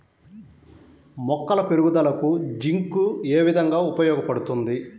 మొక్కల పెరుగుదలకు జింక్ ఏ విధముగా ఉపయోగపడుతుంది?